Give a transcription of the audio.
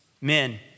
Men